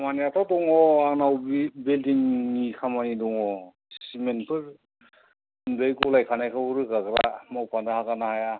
खामानियाथ' दङ आंनाव बि बिल्दिंनि खामानि दङ सिमेन्टफोर बै गलायखानायखौ रोगाग्रा मावफानो हागोनना हाया